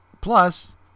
Plus